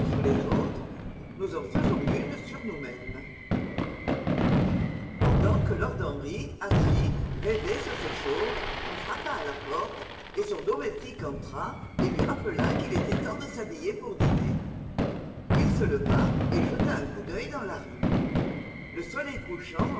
les autres nous en faisons une sur nous-mêmes pendant que lord henry assis rêvait sur ces choses on frappa à la porte et son domestique entra et lui rappela qu'il était temps de s'habiller pour dîner il se leva et jeta un coup d'œil dans la rue le soleil couchant